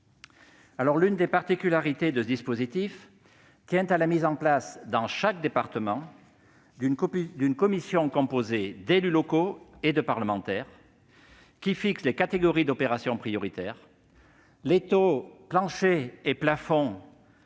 L'une des particularités de ce dispositif tient à la mise en place, dans chaque département, d'une commission composée d'élus locaux et de parlementaires, qui fixe les catégories d'opérations prioritaires, ainsi que les taux planchers et plafonds